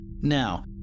Now